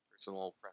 personal